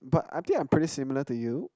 but I think I'm pretty similar to you